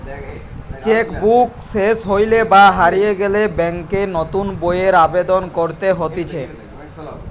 check book সেস হইলে বা হারিয়ে গেলে ব্যাংকে নতুন বইয়ের আবেদন করতে হতিছে